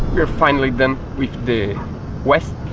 finally done with the west